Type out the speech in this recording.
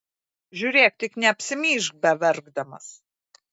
žiūrėk tik neapsimyžk beverkdamas